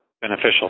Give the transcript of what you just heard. beneficial